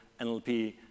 NLP